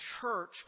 church